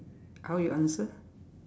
how you answer